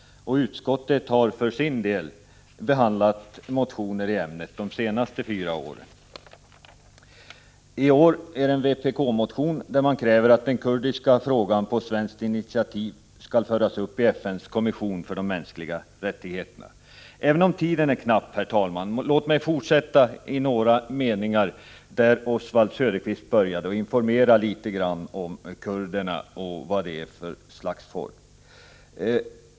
Utrikesutskottet har för sin del behandlat motioner i ämnet de senaste fyra åren. I år är det en vpk-motion som kräver att den kurdiska frågan på svenskt initiativ skall föras upp i FN:s kommission för de mänskliga rättigheterna. Även om tiden är knapp, herr talman, så låt mig fortsätta i några meningar där Oswald Söderqvist började och informera litet grand om kurderna och vad de är för slags folk.